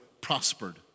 prospered